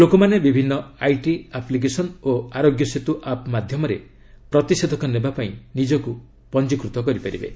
ଲୋକମାନେ ବିଭିନ୍ନ IT application ଓ ଆରୋଗ୍ୟ ସେତ୍ ଆପ୍ ମାଧ୍ୟମରେ ପ୍ରତିଷେଧକ ନେବା ପାଇଁ ନିଜକୁ ପଞ୍ଜିକୃତ କରିପାରିବେ